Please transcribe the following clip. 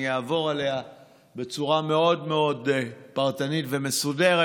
אני אעבור עליה בצורה מאוד מאוד פרטנית ומסודרת